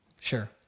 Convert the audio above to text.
Sure